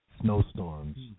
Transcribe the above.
snowstorms